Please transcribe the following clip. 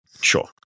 Sure